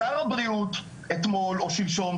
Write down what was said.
שר הבריאות אתמול או שלשום,